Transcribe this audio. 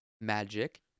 Magic